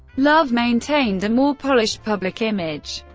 love maintained a more polished public image,